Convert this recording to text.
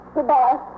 Goodbye